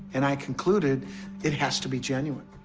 and i concluded it has to be genuine.